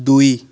ଦୁଇ